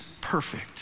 perfect